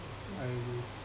I agree